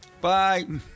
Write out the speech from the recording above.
Bye